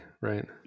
right